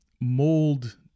mold